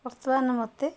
ବର୍ତ୍ତମାନ ମୋତେ